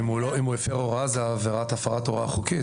אם הוא הפר הוראה זה עבירת הפרת הוראה חוקית.